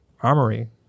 armory